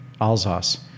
alsace